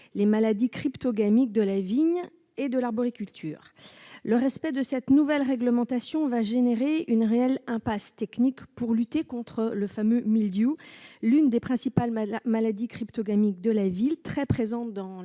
les maladies cryptogamiques de la vigne et de l'arboriculture. Le respect de la nouvelle réglementation va entraîner une réelle impasse technique pour lutter contre le fameux mildiou- l'une des principales maladies cryptogamiques de la vigne, très présente en